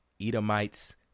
Edomites